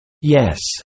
Yes